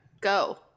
Go